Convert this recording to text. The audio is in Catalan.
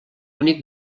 únic